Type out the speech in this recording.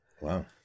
Wow